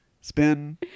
spin